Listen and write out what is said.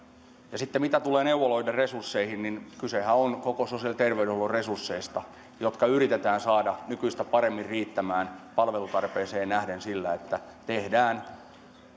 sitten mitä tulee neuvoloiden resursseihin niin kysehän on koko sosiaali ja terveydenhuollon resursseista jotka yritetään saada nykyistä paremmin riittämään palvelutarpeeseen nähden sillä että tehdään